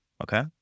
okay